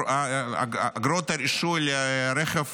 אגרות הרישוי לרכב